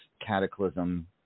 Cataclysm